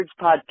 podcast